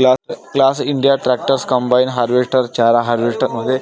class India tractors, combine harvester, चारा harvester मध्ये